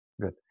good